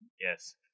Yes